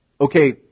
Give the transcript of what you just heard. okay